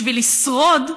בשביל לשרוד,